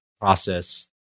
process